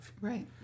right